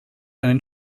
einen